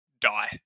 die